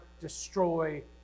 destroy